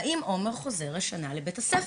היא שאלה אם עומר חוזר השנה לבית הספר.